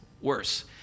worse